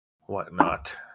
whatnot